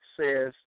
says